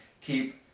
Keep